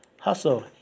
hustle